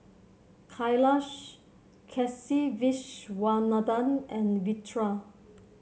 Kailash Kasiviswanathan and Vedre